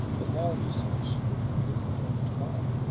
but how, ye say, should the fulfilment fail?